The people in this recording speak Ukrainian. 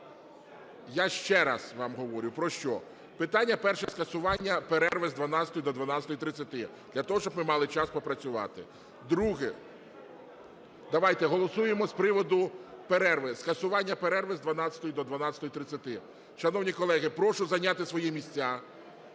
Я ще раз вам говорю про що. Питання перше: скасування перерви з 12 до 12:30 для того, щоб ми мали час попрацювати. Друге. Давайте, голосуємо з приводу перерви. Скасування перерви з 12 до 12:30. Шановні колеги, прошу зайняти свої місця.